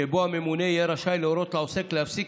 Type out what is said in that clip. שבו הממונה יהיה רשאי להורות לעוסק להפסיק